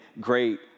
great